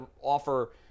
offer